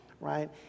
right